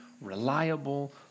reliable